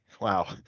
Wow